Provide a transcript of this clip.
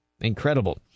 Incredible